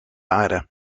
aarde